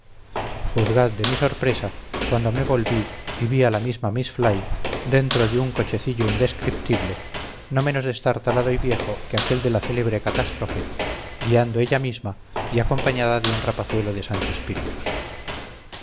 sorpresa cuando me volví y vi a la misma miss fly dentro de un cochecillo indescriptible no menos destartalado y viejo que aquel de la célebre catástrofe guiando ella misma y acompañada de un rapazuelo de santi spíritus